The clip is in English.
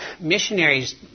missionaries